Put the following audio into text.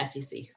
SEC